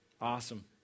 awesome